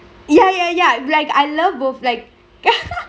ya ya ya like I love both like